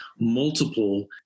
multiple